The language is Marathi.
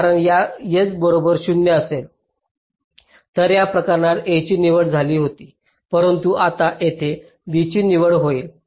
कारण जर S बरोबर 0 असेल तर या प्रकरणात A ची निवड झाली होती परंतु आता येथे B ची निवड होईल